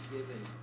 given